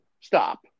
Stop